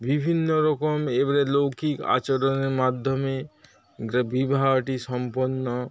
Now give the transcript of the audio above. বিভিন্ন রকম এবেরে লৌকিক আচরণের মাধ্যমে বিবাহটি সম্পন্ন